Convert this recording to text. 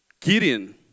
Gideon